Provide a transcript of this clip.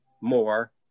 more